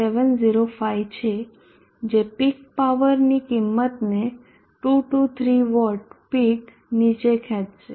0705 છે જે પીક પાવરની કિંમતને 223 વોટ પીક નીચે ખેંચશે